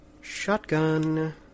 Shotgun